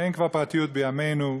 כבר אין פרטיות בימינו,